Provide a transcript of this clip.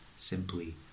simply